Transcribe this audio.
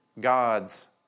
God's